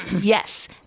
yes